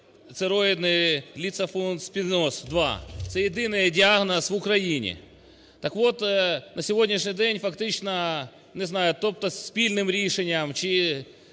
цероїдний ліпофусциноз 2, це єдиний діагноз в Україні. Так от, на сьогоднішній день фактично, не знаю, тобто спільним рішенням чи